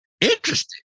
Interesting